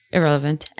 Irrelevant